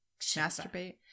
masturbate